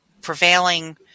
prevailing